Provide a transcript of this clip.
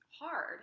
hard